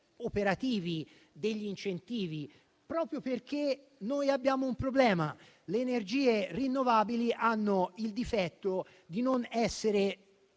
operativi degli incentivi. Questo perché abbiamo un problema: le energie rinnovabili hanno il difetto di non essere